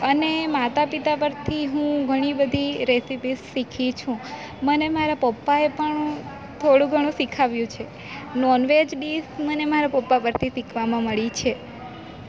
અને માતા પિતા પરથી હું ઘણી બધી રેસિપી શીખી છું મને મારા પપ્પાએ પણ થોડું ઘણું શીખવ્યું છે નોન વેજ ડીશ મને મારા પપ્પા પરથી શીખવામાં મળી છે